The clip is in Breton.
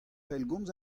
pellgomz